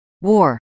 War